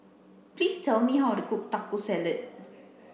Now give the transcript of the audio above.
please tell me how to cook Taco Salad